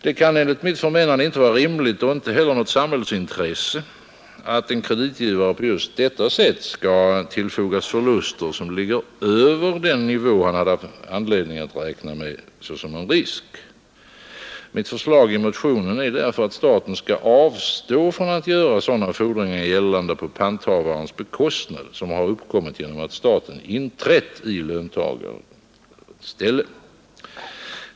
Det kan enligt mitt förmenande inte vara rimligt och inte något samhällsintresse att en kreditgivare på just detta sätt skall tillfogas förluster som ligger över den nivå han har haft anledning att räkna med som en risk. Mitt förslag i motionen är därför att staten skall avstå från att göra sådana fordringar gällande på panthavarens bekostnad som uppkommit genom att staten inträtt i löntagarnas ställe.